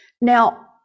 Now